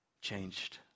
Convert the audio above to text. changed